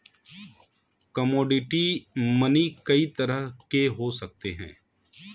commodity money कई तरह के हो सकते हैं